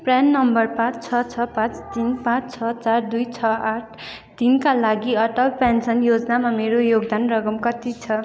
PRAN number पाचँ छ छ पाचँ तिन पाचँ छ चार दुई छ आठ तिन का लागि अटल पेन्सन योजनामा मेरो योगदान रकम कति छ